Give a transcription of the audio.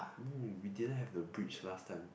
no we didn't have the bridge last time